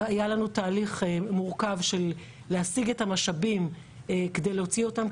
היה לנו תהליך מורכב של להשיג את המשאבים כדי להוציא אותם,